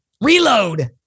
Reload